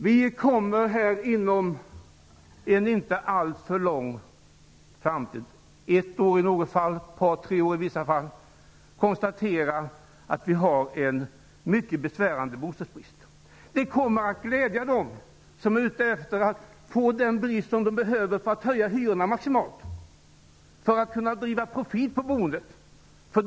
Vi kommer inte alltför långt in i framtiden -- ett år i något fall, ungefär tre år i vissa fall -- att konstatera att vi har en mycket besvärande bostadsbrist. Det kommer att glädja dem som behöver ha en bostadsbrist för att kunna höja hyrorna maximalt och göra profit på boendet.